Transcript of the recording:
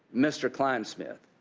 mr. klein smith,